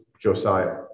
Josiah